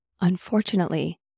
Unfortunately